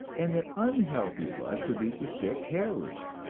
and that unhealthy blood produces sick hair roots,